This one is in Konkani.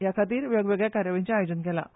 हे खातीर वेगवेगळ्या कार्यावळींचे आयोजन केलां